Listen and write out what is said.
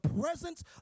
presence